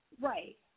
Right